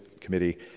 committee